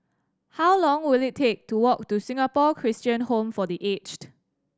how long will it take to walk to Singapore Christian Home for The Aged